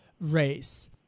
race